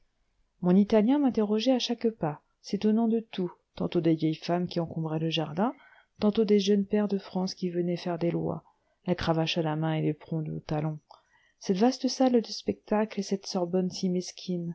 mon italien m'interrogeait à chaque pas s'étonnant de tout tantôt des vieilles femmes qui encombraient le jardin tantôt des jeunes pairs de france qui venaient faire des lois la cravache à la main et l'éperon au talon cette vaste salle de spectacle et cette sorbonne si mesquine